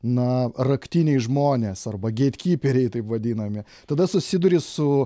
na raktiniai žmonės arba geitkyperiai taip vadinami tada susiduri su